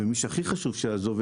ומי שהכי חשוב שיעזוב,